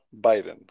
Biden